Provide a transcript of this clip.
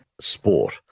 sport